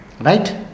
Right